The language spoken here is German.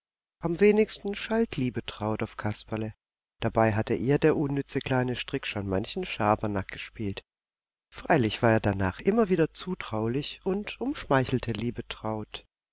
am wenigsten schalt liebetraut auf kasperle dabei hatte ihr der unnütze kleine strick schon manchen schabernack gespielt freilich war er danach immer wieder zutraulich und umschmeichelte